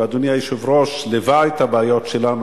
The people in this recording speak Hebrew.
ואדוני היושב-ראש ליווה את הבעיות שלנו